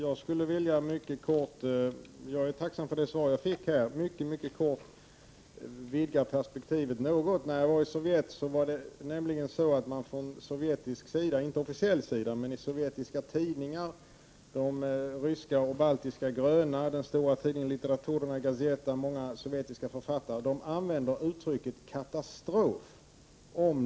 Fru talman! Jag är tacksam för det svar jag fick. Jag skulle dock vilja vidga perspektivet något. När jag var i Sovjet använde man från sovjetisk sida — dock inte officiell sida — uttrycket katastrof om den totala miljösituationen i Sovjetunionen, med hänvisning till sjöarna som torkar ut och allt det andra som delvis är känt här.